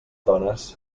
dones